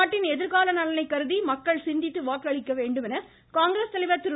நாட்டின் எதிர்கால நலனை கருதி மக்கள் சிந்தித்து வாக்களிக்க காங்கிரஸ் தலைவர் திரு